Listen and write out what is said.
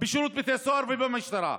בשירות בתי הסוהר ובמשטרה.